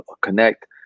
connect